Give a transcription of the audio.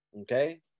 Okay